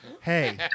Hey